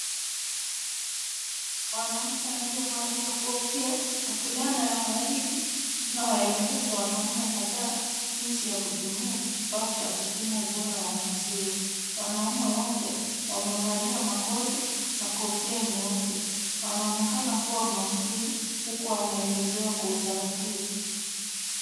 Mwanamke aliyevalia kofia na fulana ya waridi inayeelekesa wanaume kataa jinsi ya kutumia kifaa cha kupima ubora wa maziwa wanaume wale wamevalia makoti na kofia nyeupe wanaonekana kuwa makini uku wanaelesewa kwa utaratibu.